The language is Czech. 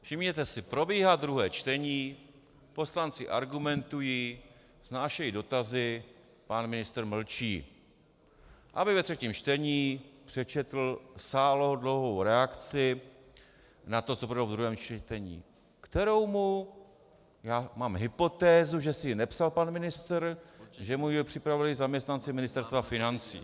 Všimněte si, probíhá druhé čtení, poslanci argumentují, vznášejí dotazy, pan ministr mlčí, aby ve třetím čtení přečetl sáhodlouhou reakci na to, co proběhlo v druhém čtení, kterou já mám hypotézu, že si ji nepsal pan ministr, že mu ji připravili zaměstnanci Ministerstva financí.